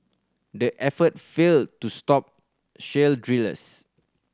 the effort failed to stop shale drillers